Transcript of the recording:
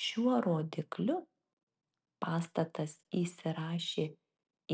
šiuo rodikliu pastatas įsirašė